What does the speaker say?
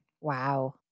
Wow